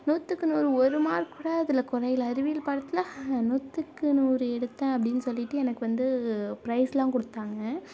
நூற்றுக்கு நூறு ஒரு மார்க் கூட அதில் குறையல அறிவியல் பாடத்தில் நூற்றுக்கு நூறு எடுத்தேன் அப்படின்னு சொல்லிவிட்டு எனக்கு வந்து பிரைஸ்லாம் கொடுத்தாங்க